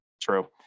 True